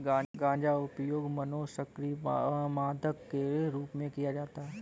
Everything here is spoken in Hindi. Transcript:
गांजा उपयोग मनोसक्रिय मादक के रूप में किया जाता है